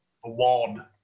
one